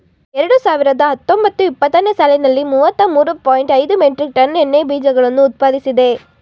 ಎರಡು ಸಾವಿರದ ಹತ್ತೊಂಬತ್ತು ಇಪ್ಪತ್ತನೇ ಸಾಲಿನಲ್ಲಿ ಮೂವತ್ತ ಮೂರು ಪಾಯಿಂಟ್ ಐದು ಮೆಟ್ರಿಕ್ ಟನ್ ಎಣ್ಣೆ ಬೀಜಗಳನ್ನು ಉತ್ಪಾದಿಸಿದೆ